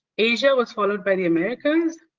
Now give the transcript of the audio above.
asia was followed by the americas.